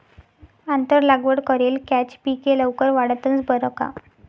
आंतर लागवड करेल कॅच पिके लवकर वाढतंस बरं का